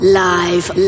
live